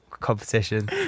Competition